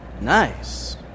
Nice